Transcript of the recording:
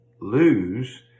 lose